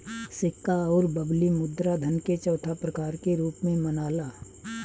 सिक्का अउर बबली मुद्रा धन के चौथा प्रकार के रूप में मनाला